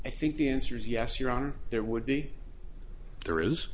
i think the answer is yes you're on there would be there is